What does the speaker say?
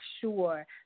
sure